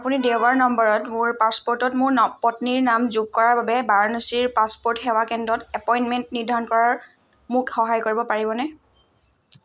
আপুনি দেওবাৰ নম্বৰত মোৰ পাছপোৰ্টত মোৰ পত্নীৰ নাম যোগ কৰাৰ বাবে বাৰাণসীৰ পাছপোৰ্ট সেৱা কেন্দ্ৰত এপইণ্টমেণ্ট নিৰ্ধাৰণ কৰাত মোক সহায় কৰিব পাৰিবনে